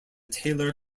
taylor